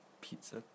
Pizza